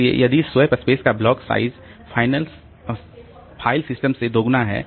इसलिए यदि swap space का ब्लॉक साइज फाइल सिस्टम से दोगुना है